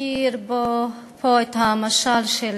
שהזכיר פה את המשל של